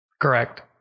Correct